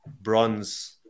bronze